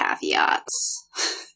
caveats